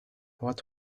what